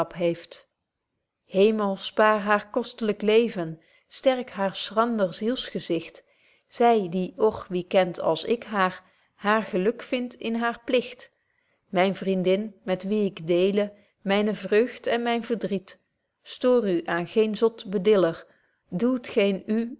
hemel spaar haar kostlyk leven sterk haar schrander zielsgezicht zy die och wie kent als ik haar haar geluk vind in haar pligt myn vriendin met wie ik deele myne vreugd en myn verdriet stoor u aan geen zot bediller doe t geen